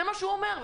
זה מה שהוא אומר.